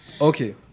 Okay